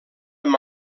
amb